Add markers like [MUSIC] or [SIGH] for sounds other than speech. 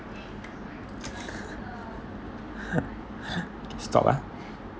[LAUGHS] stop ah